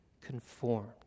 conformed